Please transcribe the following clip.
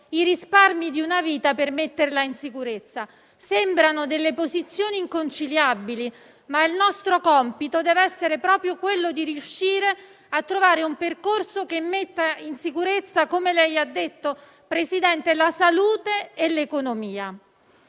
i risparmi di una vita per metterla in sicurezza. Sembrano posizioni inconciliabili, ma il nostro compito deve essere proprio quello di riuscire a trovare un percorso, che - come ha detto, signor Presidente - metta in sicurezza la salute e l'economia.